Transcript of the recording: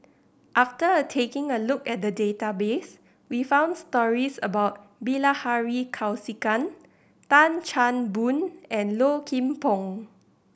after taking a look at the database we found stories about Bilahari Kausikan Tan Chan Boon and Low Kim Pong